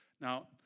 Now